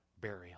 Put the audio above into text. burial